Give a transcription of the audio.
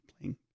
Playing